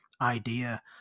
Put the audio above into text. idea